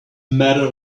matter